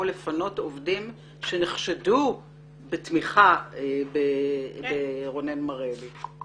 לפנות עובדים שנחשדו בתמיכה ברונן מרלי.